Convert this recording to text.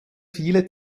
viele